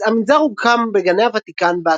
המנזר הוקם בגני הוותיקן,